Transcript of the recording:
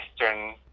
western